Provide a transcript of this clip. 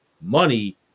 money